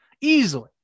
Easily